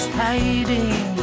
hiding